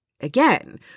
again